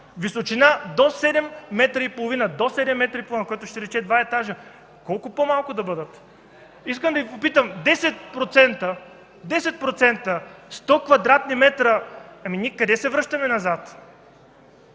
Височина до 7 метра и половина, което ще рече два етажа. Колко по-малко да бъдат? Искам да Ви попитам: 10%, 100 кв. метра, ами ние къде се връщаме назад?